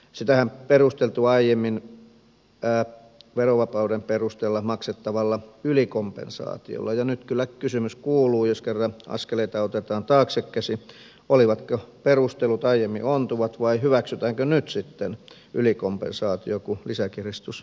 sitähän on perusteltu aiemmin verovapauden perusteella maksettavalla ylikompensaatiolla ja nyt kyllä kysymys kuuluu jos kerran askeleita otetaan taaksekäsin olivatko perustelut aiemmin ontuvat vai hyväksytäänkö nyt sitten ylikompensaatio kun lisäkiristys kerran perutaan